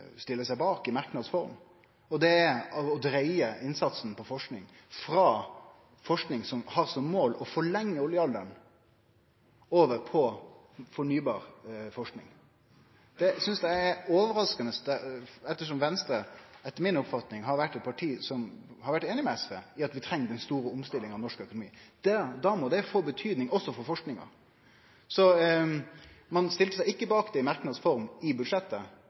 stiller seg bak i merknads form, og det handlar om å dreie innsatsen på forsking frå forsking som har som mål å forlengje oljealderen, over til fornybarforsking. Det synest eg er overraskande ettersom Venstre etter mi oppfatning har vore eit parti som har vore einig med SV i at vi treng ei stor omstilling av norsk økonomi. Da må det få betydning også for forskinga. Ein stilte seg ikkje bak det i merknads form i budsjettet,